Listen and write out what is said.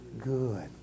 good